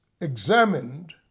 examined